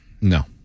No